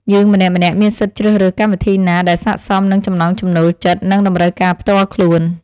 យើងម្នាក់ៗមានសិទ្ធិជ្រើសរើសកម្មវិធីណាដែលស័ក្តិសមនឹងចំណង់ចំណូលចិត្ត ឬ តម្រូវការផ្ទាល់ខ្លួន។